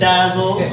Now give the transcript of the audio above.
Dazzle